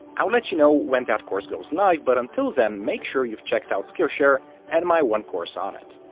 i'll let you know when that course goes live, but until then make sure you've checked out skillshare and my one course on it.